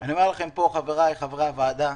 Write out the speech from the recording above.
אני אומר לכם פה, חברי חברי הוועדה: